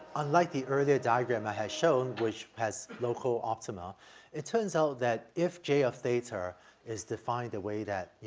unlike the earlier diagram i had shown which has local optima it turns out that if j of theta is defined the way that, you